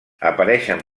apareixen